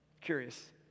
Curious